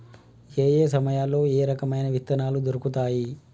ఏయే సమయాల్లో ఏయే రకమైన విత్తనాలు దొరుకుతాయి?